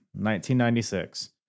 1996